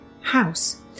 house